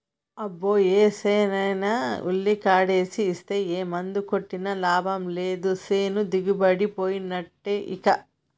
అబ్బో ఏసేనైనా ఉల్లికాడేసి ఇస్తే ఏ మందు కొట్టినా లాభం లేదు సేను దిగుబడిపోయినట్టే ఇంకా